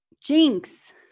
Jinx